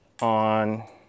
on